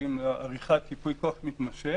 שמגיעים לעריכת ייפויי כוח מתמשכים,